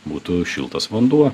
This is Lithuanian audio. būtų šiltas vanduo